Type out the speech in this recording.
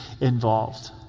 involved